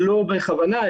לא בכוונה,